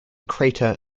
crater